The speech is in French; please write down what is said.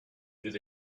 des